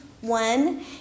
One